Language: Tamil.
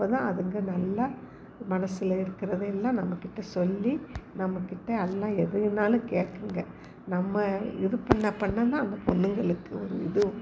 அப்போதான் அதுங்க நல்லா மனசில் இருக்கிறதெல்லாம் நம்மக்கிட்ட சொல்லி நம்மக்கிட்ட எல்லாம் எதைனாலும் கேட்குங்க நம்ம இது பண்ண பண்ண தான் அந்த பொண்ணுங்களுக்கு ஒரு இதுவும்